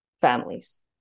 families